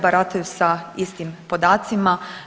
Barataju se istim podacima.